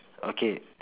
okay